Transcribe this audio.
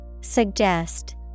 Suggest